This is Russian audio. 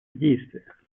действиях